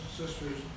sisters